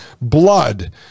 blood